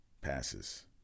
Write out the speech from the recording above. passes